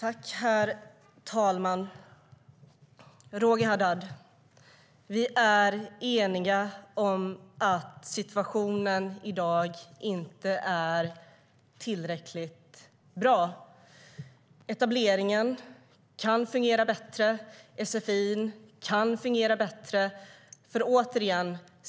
Herr talman! Vi är eniga om att situationen i dag inte är tillräckligt bra, Roger Haddad. Etableringen kan fungera bättre. Sfi kan fungera bättre.